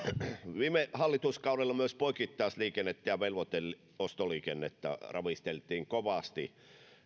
viime hallituskaudella myös poikittaisliikennettä ja velvoiteostoliikennettä ravisteltiin kovasti